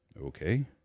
Okay